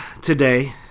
today